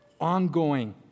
Ongoing